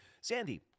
Sandy